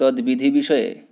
तद्विधिविषये